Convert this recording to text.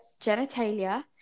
genitalia